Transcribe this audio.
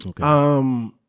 Okay